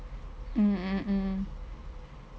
mm mm